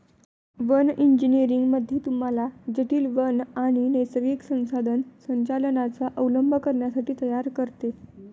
one engineering मध्ये तुम्हाला जटील वन आणि नैसर्गिक संसाधन संचालनाचा अवलंब करण्यासाठी तयार करते